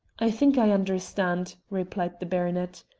i think i understand, replied the baronet.